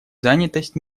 занятость